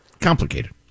complicated